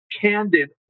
candid